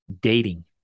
dating